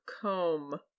comb